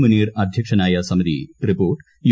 മുന്നീർ അദ്ധ്യക്ഷനായ സമിതി report U